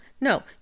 No